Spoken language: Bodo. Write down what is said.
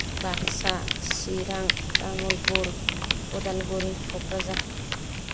बाक्सा चिरां तामुलपुर उदालगुरि क'क्राझार